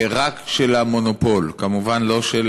רק של המונופול, כמובן, לא של